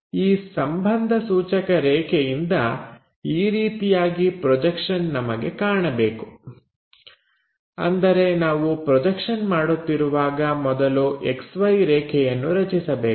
ಈ ಸಂಬಂಧ ಸೂಚಕ ರೇಖೆಯಿಂದ ಈ ರೀತಿಯಾಗಿ ಪ್ರೊಜೆಕ್ಷನ್ ನಮಗೆ ಕಾಣಬೇಕು ಅಂದರೆ ನಾವು ಪ್ರೊಜೆಕ್ಷನ್ ಮಾಡುತ್ತಿರುವಾಗ ಮೊದಲು XY ರೇಖೆಯನ್ನು ರಚಿಸಬೇಕು